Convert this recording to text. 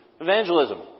Evangelism